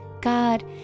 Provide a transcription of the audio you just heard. God